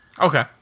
Okay